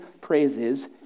praises